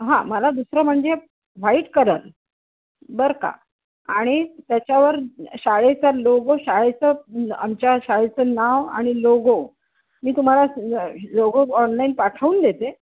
हा मला दुसरं म्हणजे व्हाईट कलर बरं का आणि त्याच्यावर शाळेचा लोगो शाळेचं आमच्या शाळेचं नाव आणि लोगो मी तुम्हाला लोगो ऑनलाईन पाठवून देते